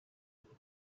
بود